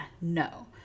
no